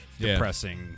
depressing